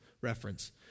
reference